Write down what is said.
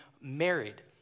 married